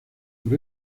por